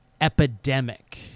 epidemic